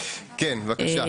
במקומן.